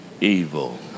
evil